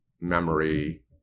memory